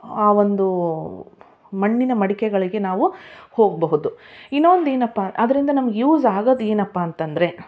ಆ ಒಂದೂ ಮಣ್ಣಿನ ಮಡಿಕೆಗಳಿಗೆ ನಾವು ಹೋಗ್ಬಹುದು ಇನ್ನೊಂದು ಏನಪ್ಪ ಅದರಿಂದ ನಮ್ಗೆ ಯೂಸ್ ಆಗೋದು ಏನಪ್ಪ ಅಂತಂದರೆ